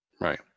Right